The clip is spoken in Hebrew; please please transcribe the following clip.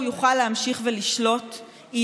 בבוא היום אני חושבת שהתקופה הזאת תירשם כאחת